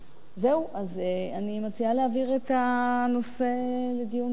אני מציעה להעביר את הנושא לדיון בוועדה,